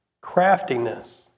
Craftiness